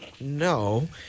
no